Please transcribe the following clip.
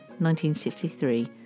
1963